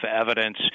evidence